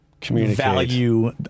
Value